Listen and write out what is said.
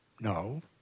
No